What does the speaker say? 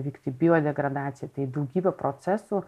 vykti biodegradacija tai daugybė procesų